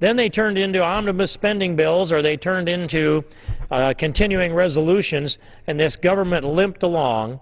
then they turned into an omnibus spending bills or they turned into continuing resolutions and this government limped along